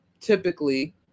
typically